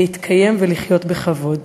להתקיים ולחיות בכבוד.